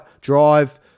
Drive